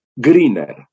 greener